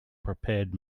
prepared